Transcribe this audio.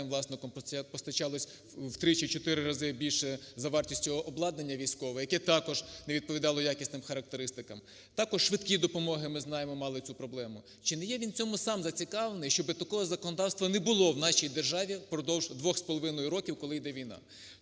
власником, постачалось в три, чи в чотири рази більше за вартістю обладнання військове, яке також не відповідало якісним характеристикам. Також швидкі допомоги, ми знаємо, мали цю проблему. Чи не є він сам в цьому зацікавлений, щоб такого законодавства не було в нашій державі, впродовж двох з половиною років, коли йде війна?